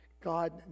God